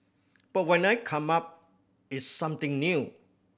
but when I come up it's something new